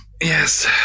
yes